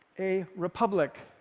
a republic.